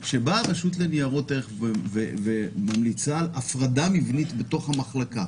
כשבאה רשות לניירות ערך וממליצה על הפרדה מבנית במחלקה,